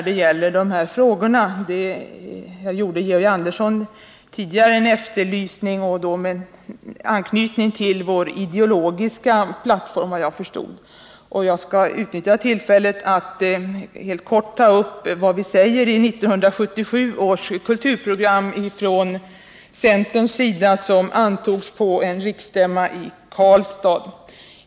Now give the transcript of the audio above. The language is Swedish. Det efterlyste Georg Andersson tidigare, såvitt jag förstår med anknytning till vår ideologiska plattform, och jag skall utnyttja tillfället att helt kort ta upp vad vi från centerns sida säger i det kulturprogram som antogs på centerns riksstämma i Karlstad år 1977.